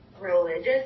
religious